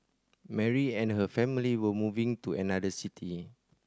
Mary and her family were moving to another city